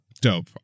dope